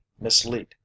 mislead